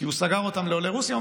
כי הוא סגר אותם לעולי רוסיה.